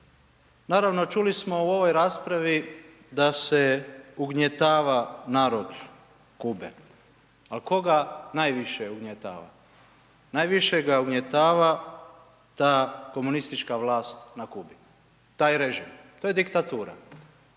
Naravno čuli smo u ovoj raspravi da se ugnjetava narod Kube. Ali tko ga najviše ugnjetava? Najviše ga ugnjetava ta komunistička vlast na Kubi, taj režim, to je diktatura.